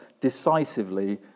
decisively